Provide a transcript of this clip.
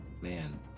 Man